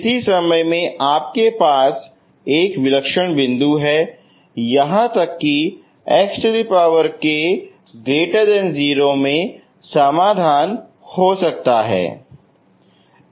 किसी समय में आपके पास एक विलक्षण बिंदु है यहाँ तक की xk 0 में समाधान हो सकता है